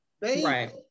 Right